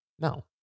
No